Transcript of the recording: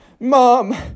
Mom